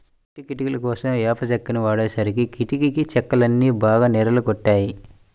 ఇంటి కిటికీలకోసం వేప చెక్కని వాడేసరికి కిటికీ చెక్కలన్నీ బాగా నెర్రలు గొట్టాయి